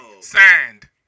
Signed